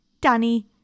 Danny